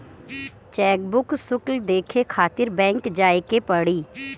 chequebook शुल्क देखे खातिर बैंक जाए के पड़ी